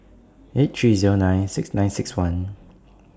eight three Zero nine six nine six one